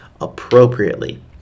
appropriately